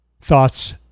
thoughts